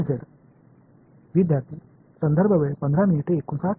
0 மூன்றாவது வெளிப்பாடு 0 ஏனென்றால்